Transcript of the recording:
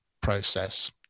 process